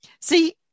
See